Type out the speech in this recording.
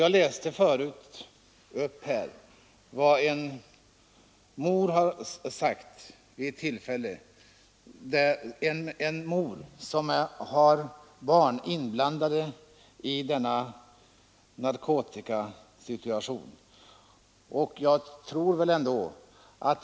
Jag återgav tidigare ett uttalande av en mor med barn som har narkotikaproblem.